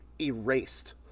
erased